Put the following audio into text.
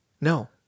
No